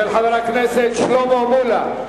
של חבר הכנסת שלמה מולה.